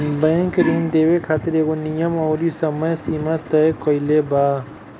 bank ऋण देवे खातिर एगो नियम अउरी समय सीमा तय कईले बा